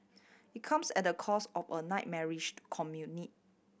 it comes at the cost of a nightmarish commute